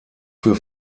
für